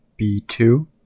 b2